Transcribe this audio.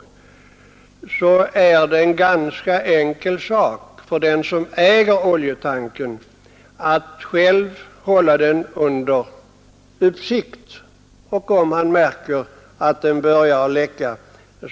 Om detta genomförs är det en ganska enkel sak för den som äger oljetanken att själv hålla den under uppsikt, och om han märker att den börjar läcka